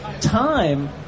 Time